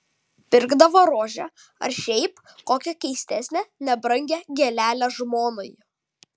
pirkdavo rožę ar šiaip kokią keistesnę nebrangią gėlelę žmonai